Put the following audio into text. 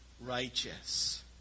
righteous